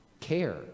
care